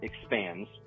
expands